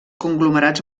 conglomerats